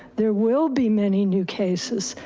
there will be many new cases.